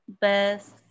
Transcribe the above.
best